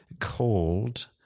called